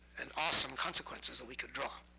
and awesome consequences that we could draw.